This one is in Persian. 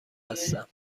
هستم